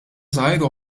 żgħira